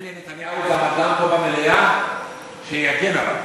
אין לנתניהו גם אדם אחד פה במליאה שיגן עליו.